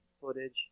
footage